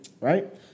Right